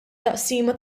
taqsima